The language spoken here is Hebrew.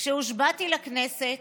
כשהושבעתי לכנסת